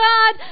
God